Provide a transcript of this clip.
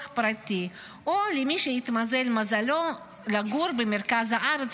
פרטי או למי שהתמזל מזלו לגור במרכז הארץ,